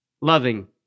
loving